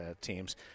teams